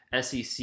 SEC